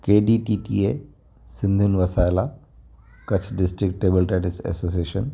के D T T A सिंधियुनि वसायल आहे Kutch district table tennis association